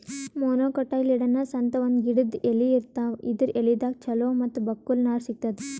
monocotyledonous ಅಂತ್ ಒಂದ್ ಗಿಡದ್ ಎಲಿ ಇರ್ತಾವ ಇದರ್ ಎಲಿದಾಗ್ ಚಲೋ ಮತ್ತ್ ಬಕ್ಕುಲ್ ನಾರ್ ಸಿಗ್ತದ್